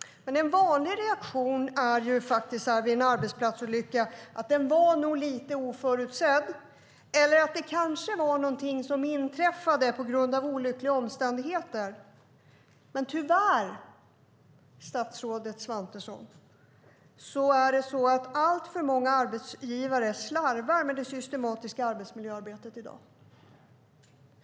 En vanlig reaktion vid en arbetsplatsolycka är att den nog var lite oförutsedd eller att det kanske inträffade någonting på grund av olyckliga omständigheter. Men tyvärr, statsrådet Svantesson, är det så att alltför många arbetsgivare slarvar med det systematiska arbetsmiljöarbetet i dag.